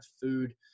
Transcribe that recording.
food